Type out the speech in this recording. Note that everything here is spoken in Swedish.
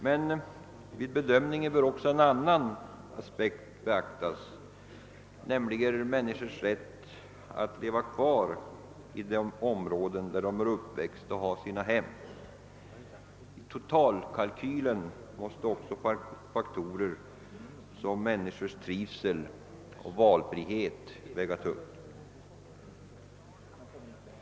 Men vid bedömningen bör också en annan aspekt beaktas, nämligen människors rätt att leva kvar i de områden där de är uppväxta och har sina hem. I totalkalkylen måste sådana faktorer som människors trivsel och valfrihet vägas in.